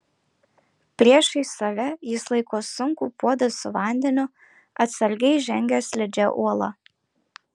priešais save jis laiko sunkų puodą su vandeniu atsargiai žengia slidžia uola